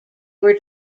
were